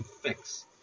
fix